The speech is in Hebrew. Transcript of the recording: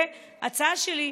הצעה שלי: